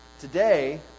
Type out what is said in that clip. Today